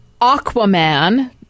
Aquaman